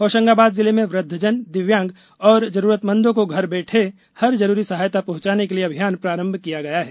होशंगाबाद जिले में वृद्धजन दिव्यांग और जरूरतमंदों को घर बैठे हर जरूरी सहायता हृंचाने के लिए अभियान प्रारंभ किया गया है